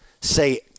say